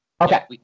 Okay